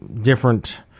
different